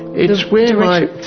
it is where my,